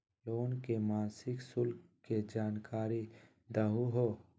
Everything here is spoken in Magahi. लोन के मासिक शुल्क के जानकारी दहु हो?